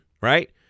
right